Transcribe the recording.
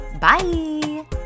bye